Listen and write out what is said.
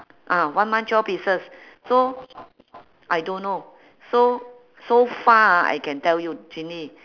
ah one month twelve pieces so I don't know so so far ah I can tell you ginny